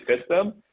system